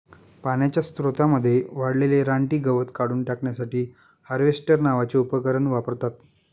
पाण्याच्या स्त्रोतांमध्ये वाढलेले रानटी गवत काढून टाकण्यासाठी हार्वेस्टर नावाचे उपकरण वापरतात